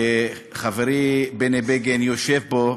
חברי בני בגין יושב פה,